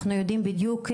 אנחנו יודעים בדיוק,